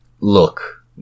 look